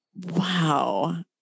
Wow